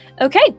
Okay